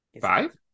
five